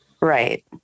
right